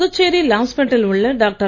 புதுச்சேரி லாஸ்பேட் டில் உள்ள டாக்டர்